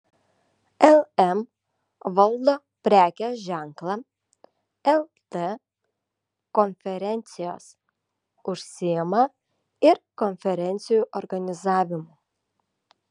lm valdo prekės ženklą lt konferencijos užsiima ir konferencijų organizavimu